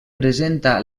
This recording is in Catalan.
presenta